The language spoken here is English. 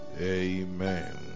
Amen